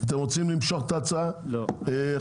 אתם רוצים למשוך את ההצעה חזרה?